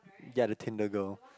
ya the Tinder girl